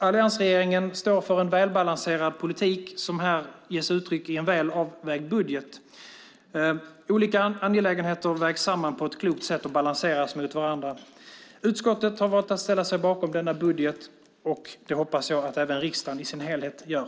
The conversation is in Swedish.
Alliansregeringen står för en välbalanserad politik som här uttrycks i en väl avvägd budget. Olika angelägenheter vägs samman på ett klokt sätt och balanseras mot varandra. Utskottet har valt att ställa sig bakom denna budget, och det hoppas jag att även riksdagen i sin helhet gör.